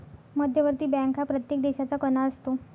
मध्यवर्ती बँक हा प्रत्येक देशाचा कणा असतो